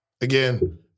again